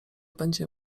będzie